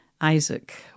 Isaac